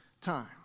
time